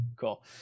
Cool